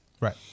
Right